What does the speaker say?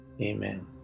amen